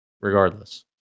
regardless